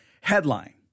headline